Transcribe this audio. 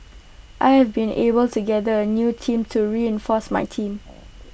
I have been able to gather A new team to reinforce my team